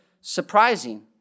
surprising